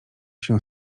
się